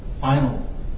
final